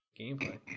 gameplay